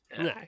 No